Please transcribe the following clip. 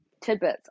tidbits